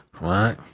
Right